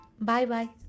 Bye-bye